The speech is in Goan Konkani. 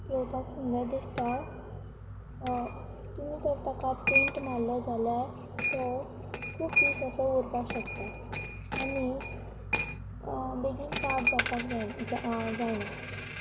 पोवपाक सुंदर दिसता तुमी जर ताका पेंट मारलो जाल्यार तो खूब दीस असो उरपाक शकता आनी बेगीन पाड जावपाक जाय जायना